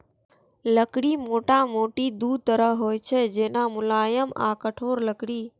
लकड़ी मोटामोटी दू तरहक होइ छै, जेना, मुलायम आ कठोर लकड़ी